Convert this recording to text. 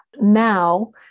Now